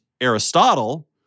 Aristotle